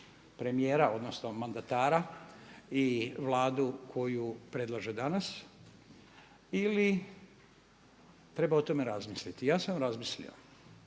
premijera, odnosno mandatara i Vladu koju predlaže danas ili treba o tome razmisliti. Ja sam razmislio.